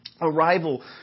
arrival